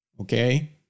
Okay